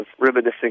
reminiscing